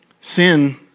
Sin